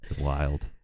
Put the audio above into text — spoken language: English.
Wild